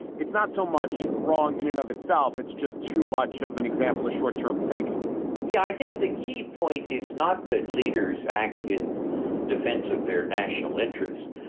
it's not so much wrong in and of itself. it's just too much of an example of short term thinking yeah, i think the key point is not that leaders act in defense of their national interests.